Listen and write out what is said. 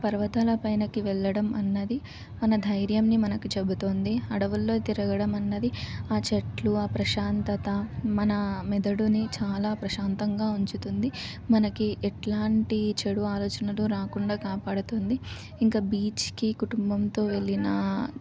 పర్వతాల పైకి వెళ్ళడం అన్నది మన ధైర్యాన్ని మనకు చెబుతుంది అడవుల్లో తిరగడం అన్నది ఆ చెట్లు ఆ ప్రశాంతత మన మెదడుని చాలా ప్రశాంతంగా ఉంచుతుంది మనకి ఎట్లాంటి చెడు ఆలోచనలు రాకుండా కాపాడుతుంది ఇంకా బీచ్కి కుటుంబంతో వెళ్ళినా